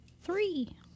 Three